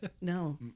No